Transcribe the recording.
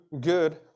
good